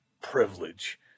privilege